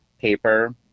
paper